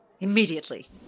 Immediately